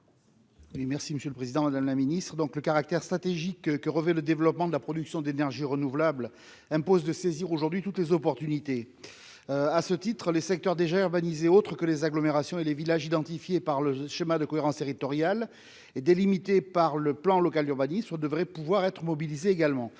merci monsieur le président de la Ministre donc le caractère stratégique que revêt le développement de la production d'énergie renouvelables impose de saisir aujourd'hui toutes les opportunités, à ce titre, les secteurs déjà urbanisés, autre que les agglomérations et les villages, identifié par le schéma de cohérence territoriale et délimité par le plan local d'urbanisme, on devrait pouvoir être mobilisés également,